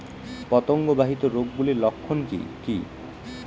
পতঙ্গ বাহিত রোগ গুলির লক্ষণ কি কি?